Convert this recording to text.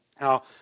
Now